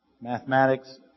Mathematics